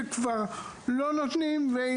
שכבר לא נותנים תקציב.